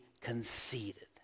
conceited